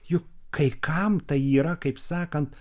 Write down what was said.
juk kai kam tai yra kaip sakant